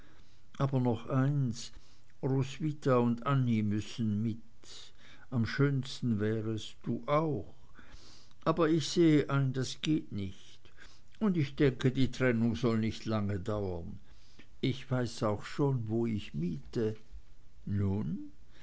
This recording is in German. aber noch eins roswitha und annie müssen mit am schönsten wär es du auch aber ich sehe ein das geht nicht und ich denke die trennung soll nicht lange dauern ich weiß auch schon wo ich miete nun